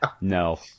No